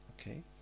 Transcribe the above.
Okay